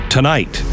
Tonight